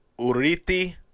uriti